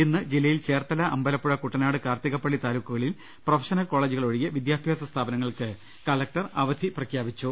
ഇന്ന് ജില്ലയിൽ ചേർത്തല അമ്പ ലപ്പുഴ കുട്ടനാട് കാർത്തികപ്പളളി താലൂക്കുകളിൽ പ്രൊഫഷണൽ കോളജുകൾ ഒഴികെ വിദ്യാഭ്യാസ സ്ഥാപനങ്ങൾക്ക് കലക്ടർ അവധി പ്രഖ്യാപിച്ചു